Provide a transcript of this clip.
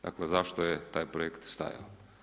Dakle, zašto je taj projekt stajao?